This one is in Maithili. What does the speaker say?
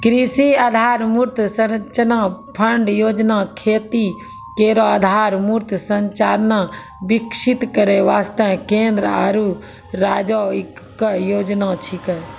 कृषि आधारभूत संरचना फंड योजना खेती केरो आधारभूत संरचना विकसित करै वास्ते केंद्र आरु राज्यो क योजना छिकै